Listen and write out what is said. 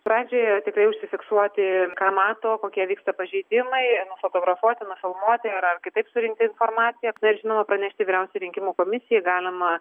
pradžioje tikrai užsifiksuoti ką mato kokie vyksta pažeidimai nufotografuoti nufilmuoti ir ar kitaip surinkti informaciją na ir žinoma pranešti vyriausiojai rinkimų komisijai galima